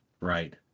Right